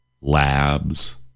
labs